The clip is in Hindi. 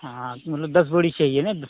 हाँ मतलब दस बोरी चाहिए ना